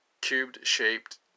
cubed-shaped